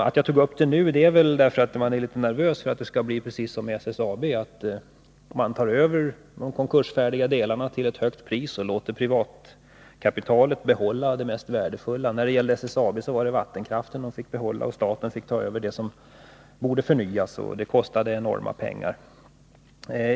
Att jag tagit upp detta nu beror på att man är litet nervös för att det skall bli precis som med SSAB, dvs. att staten tar över de konkursfärdiga delarna till ett högt pris och låter privatkapitalet behålla det mest värdefulla. I fråga om SSAB var det vattenkraften som privatkapitalet fick behålla. Staten fick ta över det som borde förnyas, vilket kostade enormt mycket pengar.